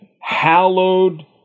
Hallowed